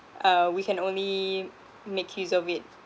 uh we can only make use of it